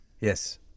Yes